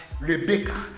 Rebecca